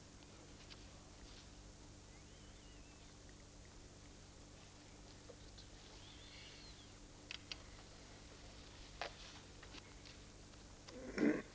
Cederschiöld anhållit att till protokollet få antecknat att hon inte ägde rätt till ytterligare replik.